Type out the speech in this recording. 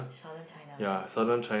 Southern China okay